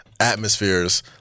atmospheres